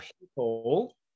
people